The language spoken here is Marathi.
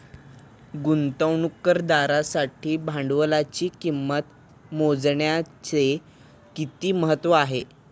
गुंतवणुकदारासाठी भांडवलाची किंमत मोजण्याचे किती महत्त्व आहे?